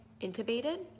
intubated